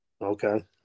Okay